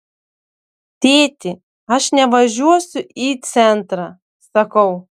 tėti aš nevažiuosiu į centrą sakau